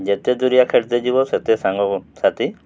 ଯେତେ ଦୁରିଆ ଖେଳିତେ ଯିବ ସେତେ ସାଙ୍ଗ ସାଥି